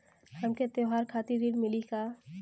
हमके त्योहार खातिर ऋण मिली का?